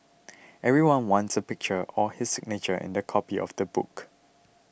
everyone wants a picture or his signature in their copy of the book